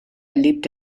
erlebt